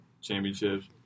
championships